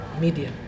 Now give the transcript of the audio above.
Media